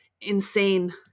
insane